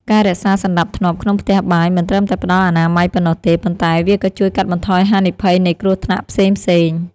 ការរក្សាសណ្តាប់ធ្នាប់ក្នុងផ្ទះបាយមិនត្រឹមតែផ្តល់អនាម័យប៉ុណ្ណោះទេ ប៉ុន្តែវាក៏ជួយកាត់បន្ថយហានិភ័យនៃគ្រោះថ្នាក់ផ្សេងៗ។